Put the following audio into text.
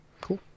Cool